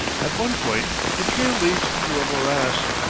at one point the trail leads through a morass,